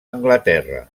anglaterra